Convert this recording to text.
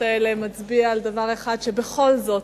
האלה מצביע על דבר אחד: שבכל זאת,